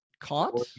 Caught